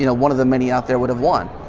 you know one of the many out there would have won.